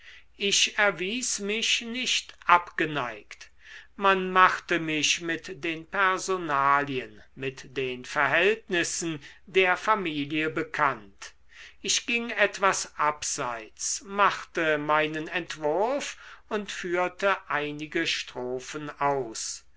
ich erwies mich nicht abgeneigt man machte mich mit den personalien mit den verhältnissen der familie bekannt ich ging etwas abseits machte meinen entwurf und führte einige strophen aus